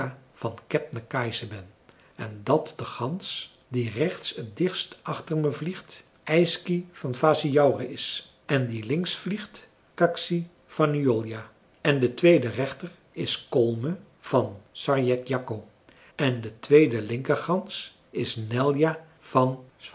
van kebnekaise ben en dat de gans die rechts t dichtst achter me vliegt yksi van vassijaure is en die links vliegt kaksi van nuolja en de tweede rechter is kolme van sarjekljakko en de tweede linkergans nelja van